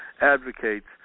advocates